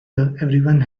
everyone